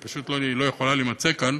היא פשוט לא יכולה להימצא כאן,